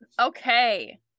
Okay